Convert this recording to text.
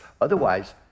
otherwise